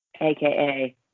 aka